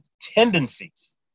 tendencies